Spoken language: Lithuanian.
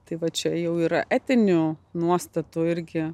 tai va čia jau yra etinių nuostatų irgi